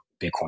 Bitcoin